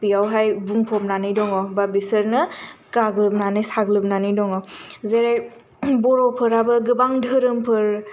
बेयावहाय बुंफबनानै दङ बा बिसोरनो गाग्लोबनानै साग्लोबनानै दङ जे बर'फोराबो गोबां धोरोमफोर